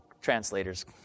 translators